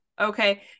Okay